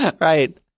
Right